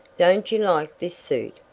don't you like this suit?